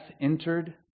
entered